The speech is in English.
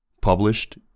Published